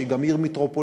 שהיא גם עיר מטרופולין,